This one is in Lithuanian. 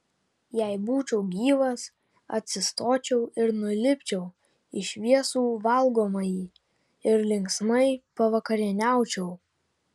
jei būčiau gyvas atsistočiau ir nulipčiau į šviesų valgomąjį ir linksmai pavakarieniaučiau